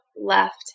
left